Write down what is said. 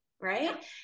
Right